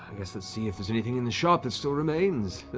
guess let's see if there's anything in the shop that still remains.